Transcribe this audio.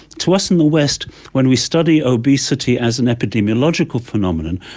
to us in the west when we study obesity as an epidemiological phenomenon,